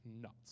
nuts